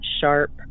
sharp